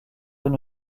une